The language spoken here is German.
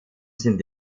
sind